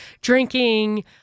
drinking